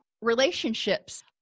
relationships